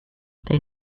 they